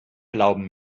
glauben